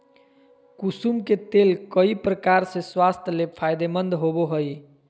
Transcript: कुसुम के तेल कई प्रकार से स्वास्थ्य ले फायदेमंद होबो हइ